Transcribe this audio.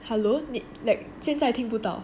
hello 你 like 现在听不到 ah